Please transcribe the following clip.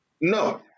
No